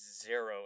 zero